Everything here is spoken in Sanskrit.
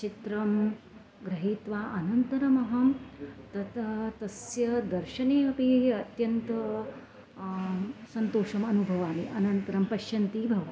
चित्रं गृहीत्वा अनन्तरमहं तत् तस्य दर्शने अपि अत्यन्तं सन्तोषम् अनुभवामि अनन्तरं पश्यन्ती भवामि